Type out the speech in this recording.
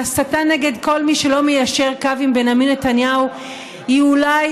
ההסתה נגד כל מי שלא מיישר קו עם בנימין נתניהו היא אולי